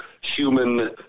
human